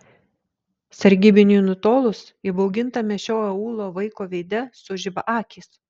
sargybiniui nutolus įbaugintame šio aūlo vaiko veide sužiba akys